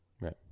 Right